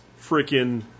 freaking